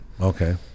Okay